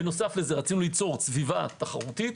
בנוסף רצינו ליצור סביבה תחרותית,